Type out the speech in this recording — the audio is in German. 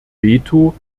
veto